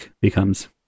becomes